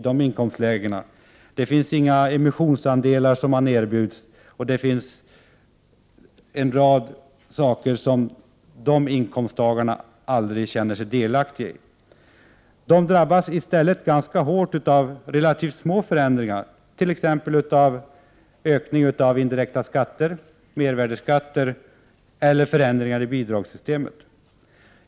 Dessa människor erbjuds inga emissionsandelar. Det finns en rad saker som dessa inkomsttagare aldrig känner sig delaktiga i. De drabbas i stället ganska hårt av relativt små förändringar, t.ex. av ökningen av indirekta skatter, mervärdeskatter eller förändringar i bidragssystemet.